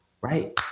right